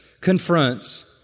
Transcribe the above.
confronts